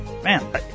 Man